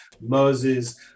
Moses